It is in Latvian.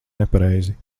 nepareizi